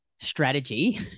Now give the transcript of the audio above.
strategy